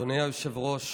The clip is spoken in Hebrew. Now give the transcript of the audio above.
אדוני היושב-ראש,